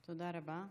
תודה רבה.